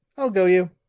i'll go you.